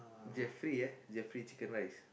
Jefri ya Jefri Chicken Rice